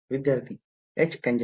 विध्यार्थी H tangential